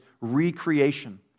recreation